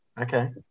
Okay